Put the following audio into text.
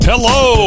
Hello